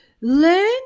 learn